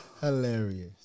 Hilarious